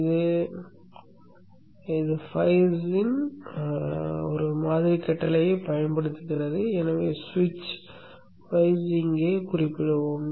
இது பைஸ் ன் இங்கே குறிப்பிடுவோம்